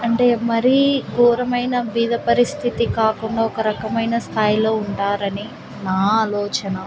అంటే మరీ ఘోరమైన బీద పరిస్థితి కాకుండా ఒక రకమైన స్థాయిలో ఉంటారు అని నా ఆలోచన